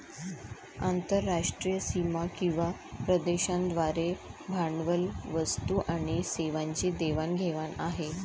आंतरराष्ट्रीय सीमा किंवा प्रदेशांद्वारे भांडवल, वस्तू आणि सेवांची देवाण घेवाण आहे